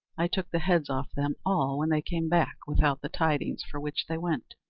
i took the heads off them all when they came back without the tidings for which they went,